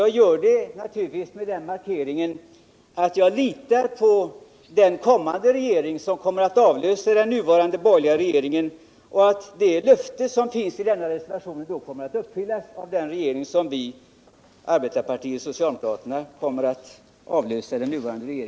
Jag gör det naturligtvis med den markeringen att jag litar på att den regering från SAP som kommer att avlösa den nuvarande borgerliga regeringen kommer att uppfylla det löfte som reservationen innebär.